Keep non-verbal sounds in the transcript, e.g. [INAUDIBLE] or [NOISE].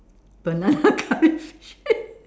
banana curry [LAUGHS] fish [LAUGHS]